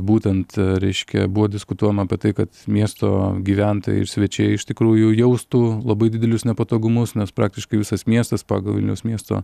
būtent reiškia buvo diskutuojama apie tai kad miesto gyventojai ir svečiai iš tikrųjų jaustų labai didelius nepatogumus nes praktiškai visas miestas pagal vilniaus miesto